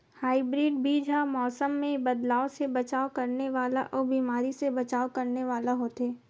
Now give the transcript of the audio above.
hybrid बीज हा मौसम मे बदलाव से बचाव करने वाला अउ बीमारी से बचाव करने वाला होथे